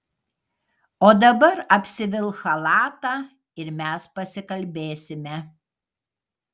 o dabar apsivilk chalatą ir mes pasikalbėsime